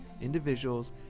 individuals